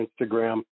Instagram